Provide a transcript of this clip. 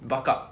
buck up